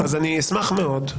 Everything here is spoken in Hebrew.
אני אשמח מאוד,